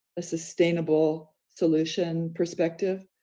a sustainable solution perspective.